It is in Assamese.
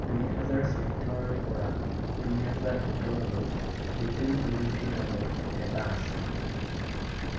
দুই হাজাৰ চৈধ্যৰ পৰা দুই হাজাৰ সোতৰলৈ লিটিল বিৰোধী দলৰ নেতা আছিল